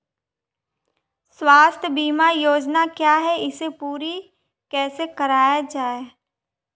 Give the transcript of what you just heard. स्वास्थ्य बीमा योजना क्या है इसे पूरी कैसे कराया जाए?